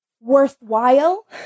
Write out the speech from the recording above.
worthwhile